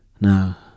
Now